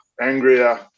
angrier